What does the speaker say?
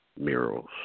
Murals